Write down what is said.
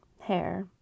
hair